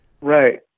Right